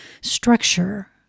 structure